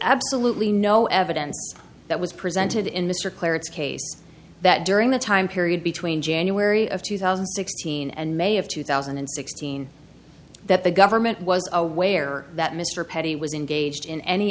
absolutely no evidence that was presented in mr clarence case that during that time period between january of two thousand and sixteen and may of two thousand and sixteen that the government was aware that mr petit was engaged in any